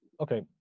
Okay